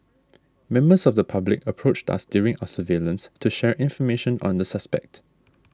members of the public approached us during our surveillance to share information on the suspect